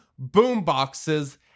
boomboxes